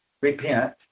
repent